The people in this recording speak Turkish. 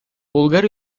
bulgar